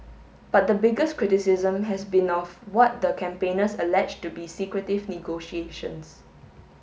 but the biggest criticism has been of what the campaigners allege to be secretive negotiations